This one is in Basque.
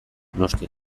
noski